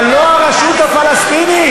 אבל לא הרשות הפלסטינית.